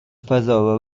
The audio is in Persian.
فضا